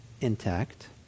intact